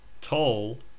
Tall